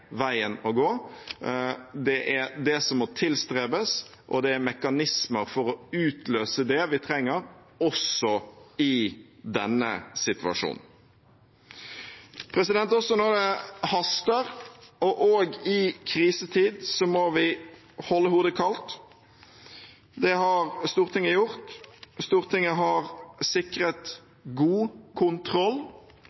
veien å gå. Det er det som må tilstrebes, og det er mekanismer for å utløse det, vi trenger, også i denne situasjonen. Også når det haster, også i krisetid, må vi holde hodet kaldt. Det har Stortinget gjort. Stortinget har sikret